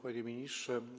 Panie Ministrze!